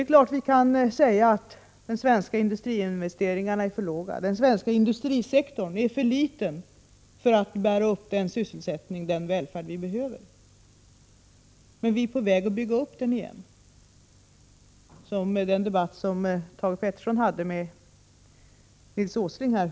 Man kan naturligtvis säga att de svenska industriinvesteringarna är för låga och att den svenska industrisektorn är för liten för att bära upp den sysselsättning och den välfärd vi behöver i Sverige. Men vi är på väg att bygga uppindustrin igen — det visar också den debatt som Thage Peterson hade med Nils Åsling nyss.